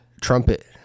trumpet